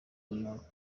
runaka